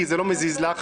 כי זה לא מזיז לך,